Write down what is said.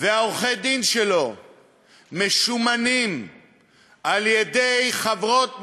ועורכי-הדין שלו משומנים על-ידי חברות נשק,